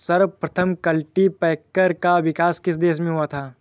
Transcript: सर्वप्रथम कल्टीपैकर का विकास किस देश में हुआ था?